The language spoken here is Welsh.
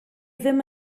ddim